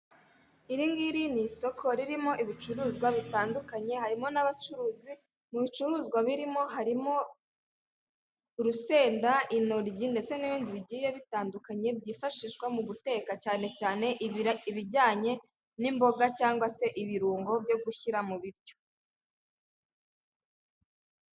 Iri ngiri ni isoko ririmo ibicuruzwa bitandukanye, harimo n'abacuruzi mu bicuruzwa birimo harimo urusenda, intoryi ndetse n'ibindi bigiye bitandukanye byifashishwa mu guteka cyane cyane ibijyanye n'imboga, cyangwa se ibirungo byo gushyira mu biryo.